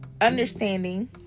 understanding